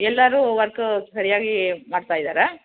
ಎಲ್ಲರೂ ವರ್ಕ್ ಸರಿಯಾಗಿ ಮಾಡ್ತಾಯಿದ್ದಾರಾ